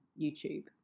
YouTube